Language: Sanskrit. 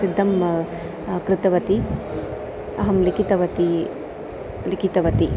सिद्धं कृतवती अहं लिखितवती लिखितवती